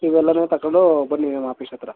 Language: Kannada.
ಇವೆಲ್ಲನೂ ತಗಂಡು ಬನ್ನಿ ನಮ್ಮ ಆಪೀಸ್ ಹತ್ರ